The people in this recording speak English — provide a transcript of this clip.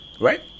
right